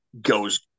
Goes